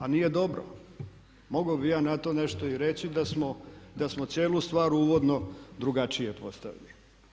A nije dobro, mogao bih ja na to nešto i reći da smo cijelu stvar uvodno drugačije postavili.